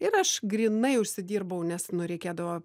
ir aš grynai užsidirbau nes nu reikėdavo